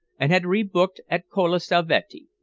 and had re-booked at colle salvetti,